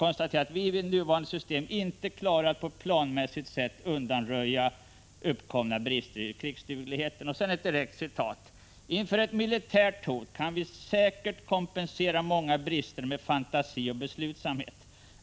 Englund sade att vi med nuvarande system inte klarar av att på ett planmässigt sätt undanröja uppkomna brister i krigsdugligheten. Därefter sade han: ”Inför ett militärt hot kan vi säkert kompensera många brister med fantasi och beslutsamhet.